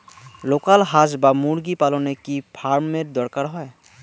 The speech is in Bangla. লোকাল হাস বা মুরগি পালনে কি ফার্ম এর দরকার হয়?